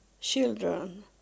children